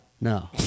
no